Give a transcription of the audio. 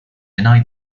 denied